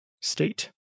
state